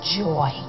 joy